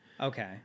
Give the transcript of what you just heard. Okay